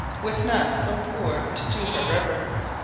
with none so poor to do her reverence.